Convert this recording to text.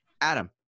Adam